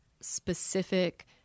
specific